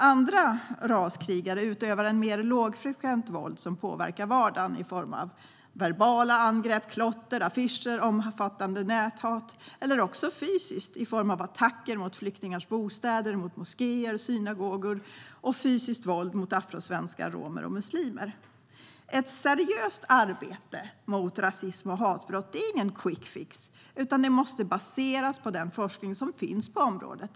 Andra raskrigare utövar ett mer lågfrekvent våld som påverkar vardagen i form av verbala angrepp, klotter, affischer och omfattande näthat. Det kan också vara fysiskt i form av attacker mot flyktingars bostäder, mot moskéer och synagogor och fysiskt våld mot afrosvenskar, romer och muslimer. Ett seriöst arbete mot rasism och hatbrott är ingen quick fix, utan det måste baseras på den forskning som finns på området.